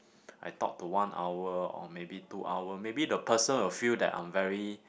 I talk to one hour or maybe two hour maybe the person will feel that I'm very